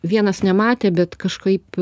vienas nematė bet kažkaip